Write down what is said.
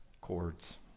Chords